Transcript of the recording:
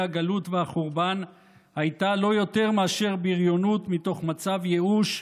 הגלות והחורבן הייתה לא יותר מאשר בריונות מתוך מצב ייאוש,